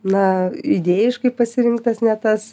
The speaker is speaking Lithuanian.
na idėjiškai pasirinktas ne tas